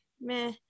meh